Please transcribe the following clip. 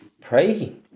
Pray